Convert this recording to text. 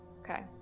Okay